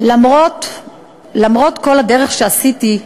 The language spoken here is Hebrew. למרות כל הדרך שעשיתי,